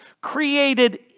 created